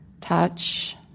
Touch